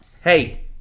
hey